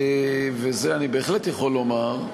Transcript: וזה אני בהחלט יכול לומר,